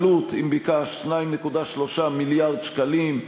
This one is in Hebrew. העלות, אם ביקשת, 2.3 מיליארד שקלים.